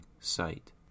sight